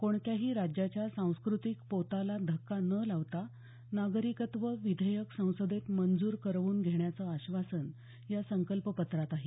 कोणत्याही राज्याच्या सांस्कृतिक पोताला धक्का न लावता नागरिकत्व विधेयक संसदेत मंजूर करवून घेण्याचं आश्वासन या संकल्पपत्रात आहे